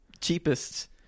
cheapest